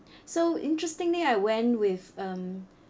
so interestingly I went with um